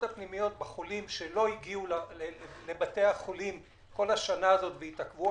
הפנימיות בחולים שלא הגיעו לבתי החולים במשך כל השנה הזאת והתעכבו.